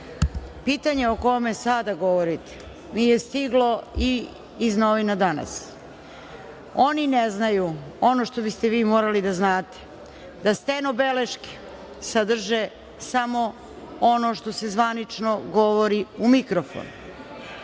pitanje o kome sada govorite je stiglo iz novina „Danas“. Oni ne znaju ono što biste vi morali da znate. Steno-beleške sadrže samo ono što se zvanično govori u mikrofon,